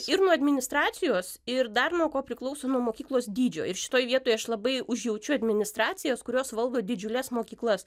ir nuo administracijos ir dar nuo ko priklauso nuo mokyklos dydžio ir šitoj vietoj aš labai užjaučiu administracijas kurios valdo didžiules mokyklas